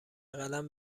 قلم